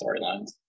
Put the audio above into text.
storylines